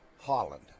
Holland